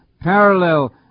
parallel